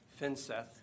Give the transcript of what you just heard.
Finseth